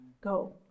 go